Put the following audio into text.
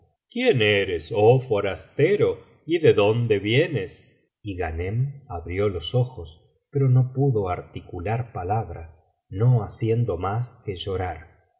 quién eres oh forastero y de dónde vienes y ghanem abrió los ojos pero no pudo articular palabra no haciendo mas que llorar